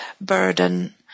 burden